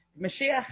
Mashiach